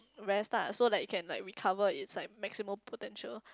rest lah so like you can like recover at its like maximum potential